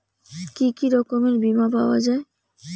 কি কি রকমের বিমা পাওয়া য়ায়?